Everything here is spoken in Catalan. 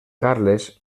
carles